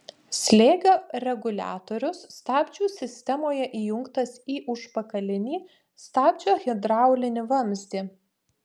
slėgio reguliatorius stabdžių sistemoje įjungtas į užpakalinį stabdžio hidraulinį vamzdį